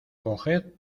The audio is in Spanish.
coged